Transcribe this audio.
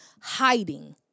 hiding